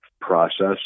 process